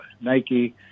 Nike